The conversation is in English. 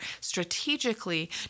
strategically